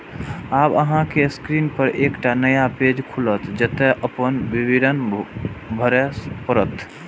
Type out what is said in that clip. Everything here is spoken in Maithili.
आब अहांक स्क्रीन पर एकटा नया पेज खुलत, जतय अपन विवरण भरय पड़त